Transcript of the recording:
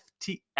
FTX